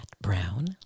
Brown